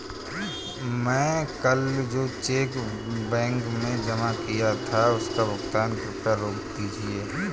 मैं कल जो चेक बैंक में जमा किया था उसका भुगतान कृपया रोक दीजिए